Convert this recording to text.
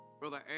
Brother